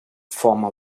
former